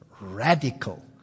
radical